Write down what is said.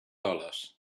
dollars